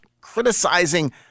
criticizing